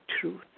truth